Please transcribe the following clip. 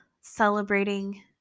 celebrating